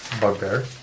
bugbear